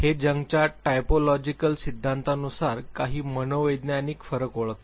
हे जंगच्या टायपोलॉजिकल सिद्धांतानुसार काही मनोवैज्ञानिक फरक ओळखते